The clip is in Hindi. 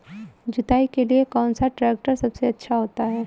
जुताई के लिए कौन सा ट्रैक्टर सबसे अच्छा होता है?